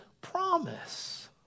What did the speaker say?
promise